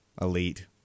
Elite